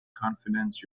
confidence